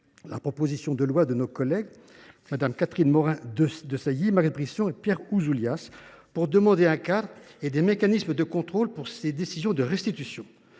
la proposition de loi de nos collègues Catherine Morin Desailly, Max Brisson et Pierre Ouzoulias créant un cadre et des mécanismes de contrôle pour ces décisions de restitution.